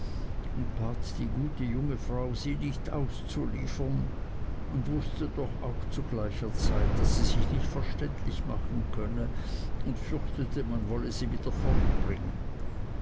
und bat die gute junge frau sie nicht auszuliefern und wußte doch auch zu gleicher zeit daß sie sich nicht verständlich machen könne und fürchtete man wolle sie wieder